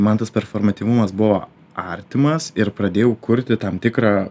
man tas performatyvumas buvo artimas ir pradėjau kurti tam tikrą